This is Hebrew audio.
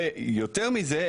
ויותר מזה,